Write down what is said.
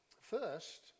First